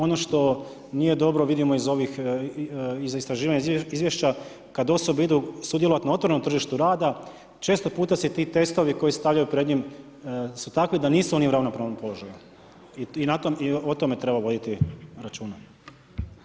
Ono što nije dobro, vidimo iz ovih, iz istraživanja, iz izvješća, kad osobe idu sudjelovati na otvorenom tržištu rada često puta se ti testovi koji se stavljaju pred njih su takvi da nisu oni u ravnopravnom položaju i o tome treba voditi računa.